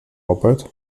arbeit